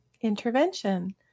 Intervention